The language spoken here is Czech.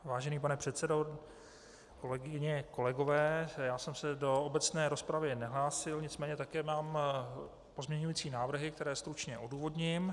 Vážený pane předsedo, kolegyně, kolegové, já jsem se do obecné rozpravy nehlásil, nicméně také mám pozměňující návrhy, které stručně odůvodním.